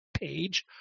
page